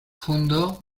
fundó